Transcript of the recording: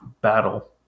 battle